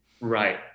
Right